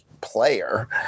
player